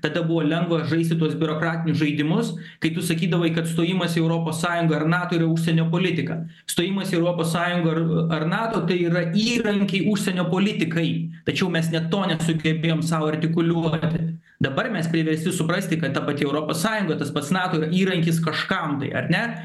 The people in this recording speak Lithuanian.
tada buvo lengva žaisti tuos biurokratinius žaidimus kai tu sakydavai kad stojimas į europos sąjungą ar nato yra užsienio politika stojimas į europos sąjungą ir ar nato tai yra įrankiai užsienio politikai tačiau mes net to nesugebėjom sau artikuliuoti dabar mes priversti suprasti kad ta pati europos sąjunga tas pats nato yra įrankis kažkam tai ar ne